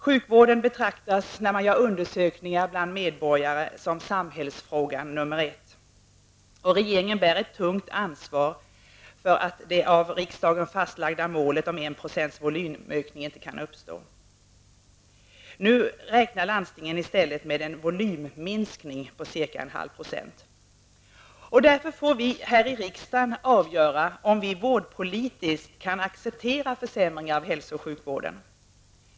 Sjukvården betraktas vid undersökningar bland medborgarna som samhällsfrågan nummer ett. Regeringen bär ett tungt ansvar för att det av riksdagen fastlagda målet om en procents volymökning inte kan uppnås. Nu räknar landstingen i stället med en volymminskning på cirka en halv procent. Därför får vi i riksdagen avgöra om vi vårdpolitiskt kan acceptera försämringar av hälso och sjukvården.